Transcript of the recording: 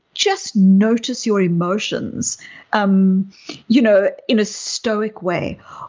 just notice your emotions um you know in a stoic way.